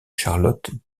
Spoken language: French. charlotte